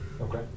Okay